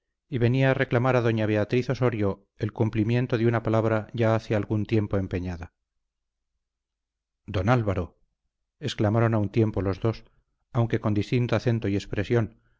y venía a reclamar a doña beatriz ossorio el cumplimiento de una palabra ya hace algún tiempo empeñada don álvaro exclamaron a un tiempo los dos aunque con distinto acento y expresión